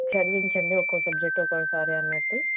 చదివించండి ఒక్కో సబ్జెక్టు ఒక్కొ సారి అన్నట్టు